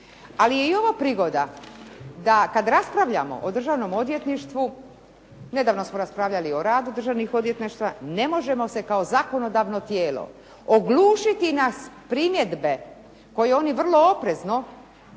Ali je i ovo prigoda da kada raspravljamo o državnom odvjetništvu, nedavno smo raspravljali o radu državnih odvjetništava ne možemo se kao zakonodavno tijelo oglušiti na primjedbe koje oni vrlo oprezno